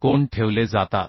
कोन ठेवले जातात